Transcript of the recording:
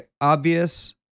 obvious